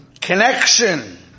Connection